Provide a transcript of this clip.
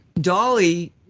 Dolly